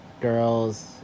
girls